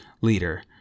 leader